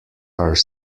are